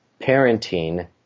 parenting